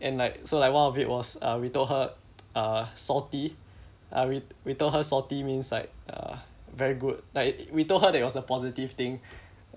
and like so like one of it was uh we told her uh salty uh we we told her salty means like uh very good like we told her that it was a positive thing